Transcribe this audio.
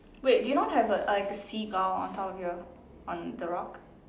wait do you not have a like a seagull on top of your on the rock